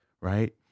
right